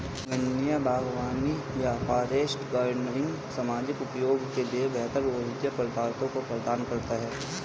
वन्य बागवानी या फॉरेस्ट गार्डनिंग सामाजिक उपयोग के लिए बेहतर औषधीय पदार्थों को प्रदान करता है